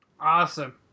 Awesome